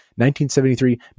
1973